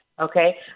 okay